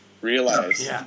realize